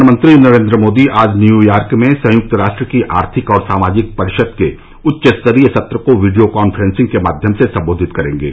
प्रधानमंत्री नरेन्द्र मोदी आज न्यूयॉर्क में संयुक्त राष्ट्र की आर्थिक और सामाजिक परिषद के उच्चस्तरीय सत्र को वीडियो काफ्रेंसिंग के माध्यम से संबोधित करेंगे